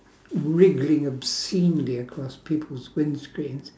wriggling obscenely across people's windscreens